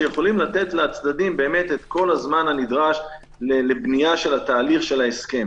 שיכולים לתת לצדדים את כל הזמן הנדרש לבנייה של התהליך של ההסכם.